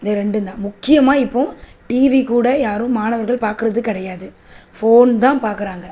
இது ரெண்டும் தான் முக்கியமாக இப்போது டீவி கூட யாரும் மாணவர்கள் பார்க்குறது கிடையாது ஃபோன் தான் பார்க்குறாங்க